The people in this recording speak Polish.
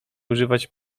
używać